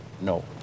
No